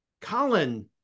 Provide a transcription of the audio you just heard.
Colin